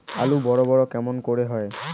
আলু বড় বড় কেমন করে হয়?